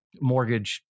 mortgage